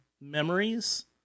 memories